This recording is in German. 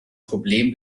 problem